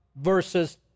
versus